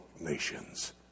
nations